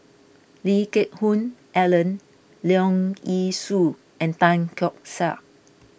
Lee Geck Hoon Ellen Leong Yee Soo and Tan Keong Saik